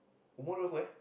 tomorrow where